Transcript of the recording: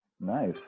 Nice